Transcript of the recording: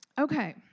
Okay